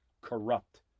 corrupt